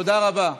תודה רבה.